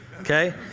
Okay